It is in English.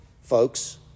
folks